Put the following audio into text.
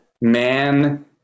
man